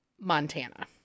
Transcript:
Montana